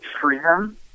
freedom